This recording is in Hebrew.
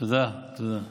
תודה.